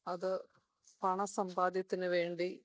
അത് പണസമ്പാദ്യത്തിന് വേണ്ടി